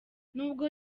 nubwo